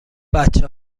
بچه